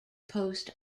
post